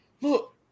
Look